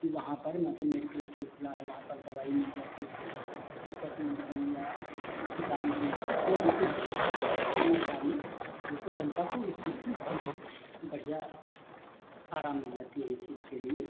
कि वहाँ पर मतलब मेडिकल इस्टोर खुला है वहाँ पर दवाई मिल जाती है जैसे पशुओं की या किसानी की या जो कुछ भी हैं सब समाचार में जैसे जनता को इस चीज़ की बहुत बढ़िया आराम मिल जाती है इस चीज़ के लिए